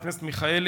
חבר הכנסת מיכאלי,